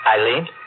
Eileen